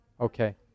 Okay